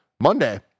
monday